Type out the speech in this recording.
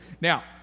Now